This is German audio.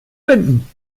binden